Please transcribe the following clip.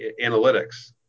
analytics